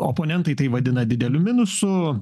oponentai tai vadina dideliu minusu